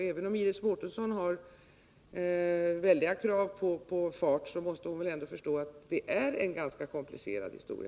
Även om Iris Mårtensson har väldiga krav på fart, måste hon väl ändå förstå att detta är en ganska komplicerad historia.